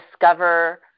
discover